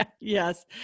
Yes